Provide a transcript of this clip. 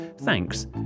Thanks